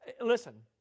listen